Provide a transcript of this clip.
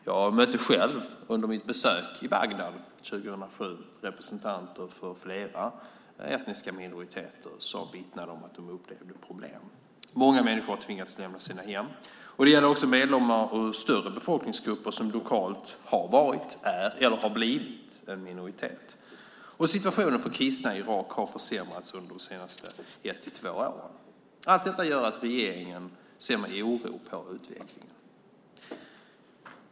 Jag mötte själv under mitt besök i Bagdad 2007 representanter för flera etniska minoriteter som vittnade om att de upplevde problem. Många människor har tvingats lämna sina hem. Det gäller också medlemmar i större befolkningsgrupper som lokalt har varit, är eller har blivit en minoritet, och situationen för kristna i Irak har försämrats under de senaste ett till två åren. Allt detta gör att regeringen ser med oro på utvecklingen.